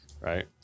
right